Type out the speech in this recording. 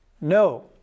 No